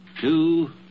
two